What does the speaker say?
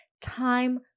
time